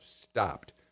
stopped